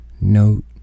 note